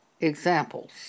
examples